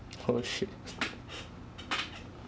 oh shit